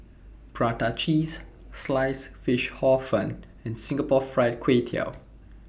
Prata Cheese Sliced Fish Hor Fun and Singapore Fried Kway Tiao